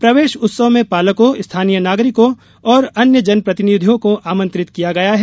प्रवेश उत्सव में पालकों स्थानीय नागरिकों और अन्य जन प्रतिनिधियों को आमंत्रित किया गया है